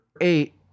eight